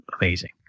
amazing